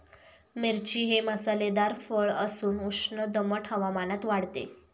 मिरची हे मसालेदार फळ असून उष्ण दमट हवामानात वाढते